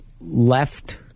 left